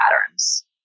patterns